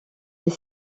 est